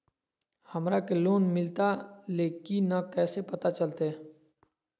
हमरा के लोन मिलता ले की न कैसे पता चलते?